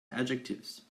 adjectives